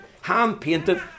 hand-painted